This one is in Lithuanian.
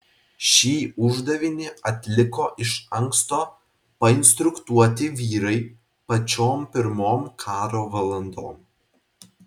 šį uždavinį atliko iš anksto painstruktuoti vyrai pačiom pirmom karo valandom